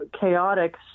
chaotic